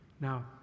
Now